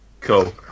cool